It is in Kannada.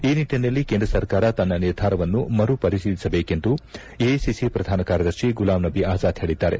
ಈ ನಿಟ್ಟಿನಲ್ಲಿ ಕೇಂದ್ರ ಸರ್ಕಾರ ತನ್ನ ನಿರ್ಧಾರವನ್ನು ಮರುಪರಿತೀಲಿಸಬೇಕೆಂದು ಎಐಸಿಸಿ ಪ್ರಧಾನ ಕಾರ್ಯದರ್ಶಿ ಗುಲಾಂ ನಬಿ ಆಜಾದ್ ಹೇಳಿದ್ದಾರೆ